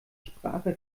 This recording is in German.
sprache